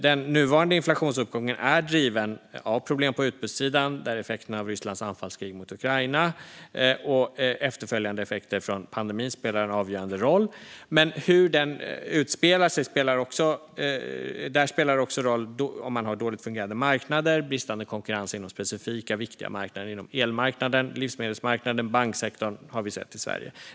Den nuvarande inflationsuppgången är driven av problem på utbudssidan, där effekterna av Rysslands anfallskrig mot Ukraina och efterföljande effekter av pandemin spelar en avgörande roll. Men hur den utspelar sig spelar också roll om man har dåligt fungerande marknader och bristande konkurrens inom specifika viktiga marknader. I Sverige har vi sett det på elmarknaden och livsmedelsmarknaden och inom banksektorn.